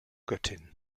göttin